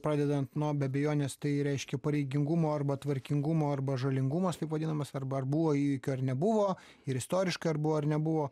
pradedant nuo be abejonės tai reiškia pareigingumo arba tvarkingumo arba žalingumas taip vadinamas arba ar buvo įvykių ar nebuvo ir istoriškai ar buvo ar nebuvo